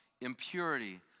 impurity